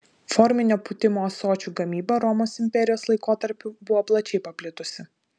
forminio pūtimo ąsočių gamyba romos imperijos laikotarpiu buvo plačiai paplitusi